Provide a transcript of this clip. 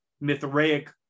Mithraic